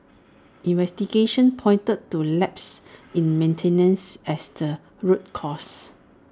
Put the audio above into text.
investigations pointed to lapses in maintenance as the root cause